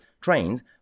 trains